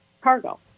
cargo